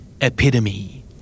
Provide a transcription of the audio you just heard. Epitome